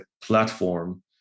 platform